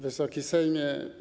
Wysoki Sejmie!